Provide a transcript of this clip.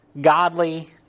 godly